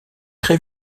très